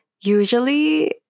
usually